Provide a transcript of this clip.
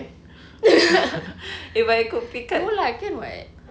no lah can [what]